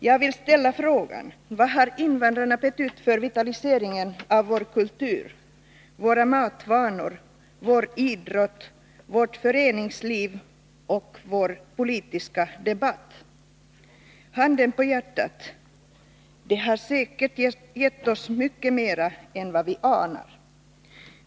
Jag vill ställa frågan: Vad har invandrarna betytt för vitaliseringen av vår kultur, våra matvanor, vår idrott, vårt föreningsliv och vår politiska debatt? Handen på hjärtat! De har säkert gett oss mycket mera än vad vi anar.